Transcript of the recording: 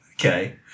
Okay